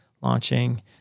launching